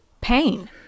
pain